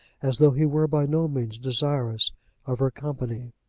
as though he were by no means desirous of her company.